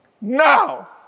Now